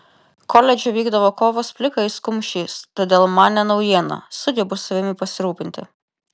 koledže vykdavo kovos plikais kumščiais todėl man ne naujiena sugebu savimi pasirūpinti